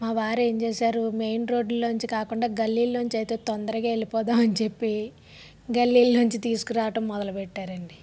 మా వారు ఏం చేశారు మెయిన్ రోడ్ లోంచి కాకుండా గల్లీలో నుంచి అయితే తొందరగా వెళ్ళిపోదాం అని చెప్పి గల్లి నుంచి తీసుకురావడం మొదలుపెట్టారండి